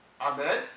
Amen